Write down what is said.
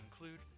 include